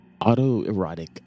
Autoerotic